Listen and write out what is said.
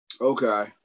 Okay